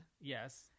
Yes